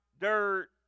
dirt